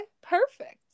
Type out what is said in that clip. perfect